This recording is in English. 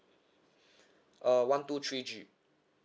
uh one two three G